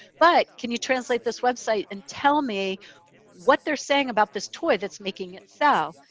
but can you translate this website and tell me what they're saying about this toy that's making it sell.